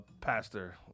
pastor